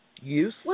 useless